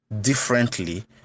differently